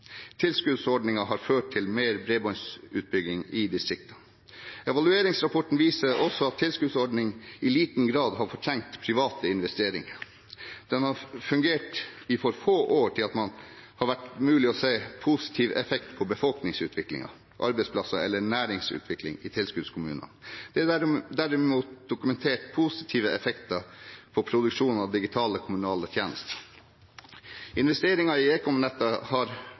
Tilskuddsordningen har ført til mer bredbåndsutbygging i distriktene. Evalueringsrapporten viser også at tilskuddsordningen i liten grad har fortrengt private investeringer. Den har fungert i for få år til at det har vært mulig å se en positiv effekt på befolkningsutvikling, arbeidsplasser eller næringsutvikling i tilskuddskommunene. Det er derimot dokumentert positive effekter på produksjonen av digitale kommunale tjenester. Investeringene i ekomnett og ekomtjenester har